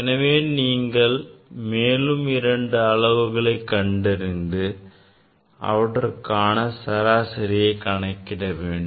எனவே நீங்கள் மேலும் இரண்டு மூன்று அளவுகளை கண்டறிந்து அவற்றுக்கான சராசரியை கணக்கிட வேண்டும்